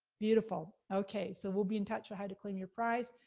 beautiful, okay, so we'll be in touch with how to claim your prize.